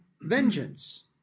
vengeance